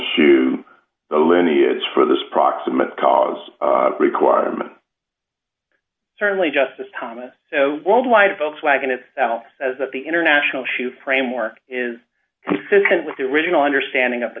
the lineage for this proximate cause requirement certainly justice thomas so worldwide volkswagen itself says that the international shoe framework is consistent with the original understanding of the